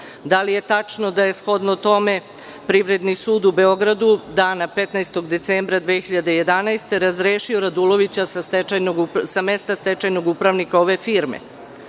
Da li je tačno da je shodno tome Privredni sud u Beogradu dana 15. decembra 2011. godine razrešio Radulovića sa mesta stečajnog upravnika ove firme?